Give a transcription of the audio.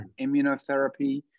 immunotherapy